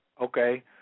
Okay